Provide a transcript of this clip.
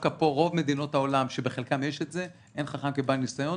רוב מדינות העולם שבחלקן יש את זה אין חכם כבעל ניסיון